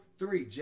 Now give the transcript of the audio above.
three